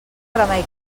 remei